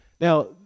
Now